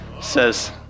says